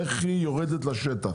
איך היא יורדת לשטח?